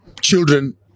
children